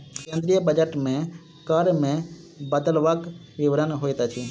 केंद्रीय बजट मे कर मे बदलवक विवरण होइत अछि